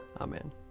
Amen